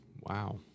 Wow